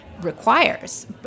requires